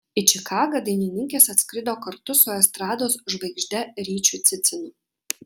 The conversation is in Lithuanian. į čikagą dainininkės atskrido kartu su estrados žvaigžde ryčiu cicinu